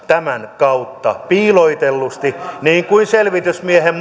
tämän kautta piilotellusti mikä selvitysmiehen